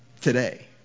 today